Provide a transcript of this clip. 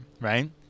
right